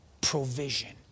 provision